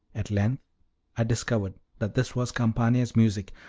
at length i discovered that this was campana's music,